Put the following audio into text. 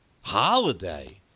Holiday